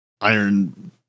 iron